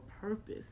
purpose